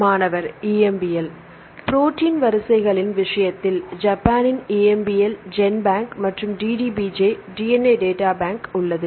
மாணவர் EMBL protein வரிசைகளின் விஷயத்தில் ஜப்பானின் EMBL ஜென்பேங்க் மற்றும் DDBJ DNA டேட்டா பேங்க் உள்ளது